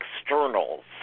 externals